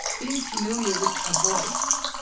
being familiar with a voice